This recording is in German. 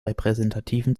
repräsentativen